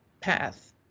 path